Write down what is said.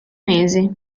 mesi